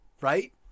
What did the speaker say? right